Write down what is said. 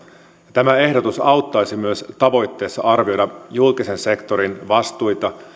tämä ehdotus auttaisi myös tavoitteessa arvioida julkisen sektorin vastuita